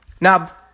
Now